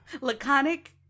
laconic